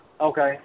Okay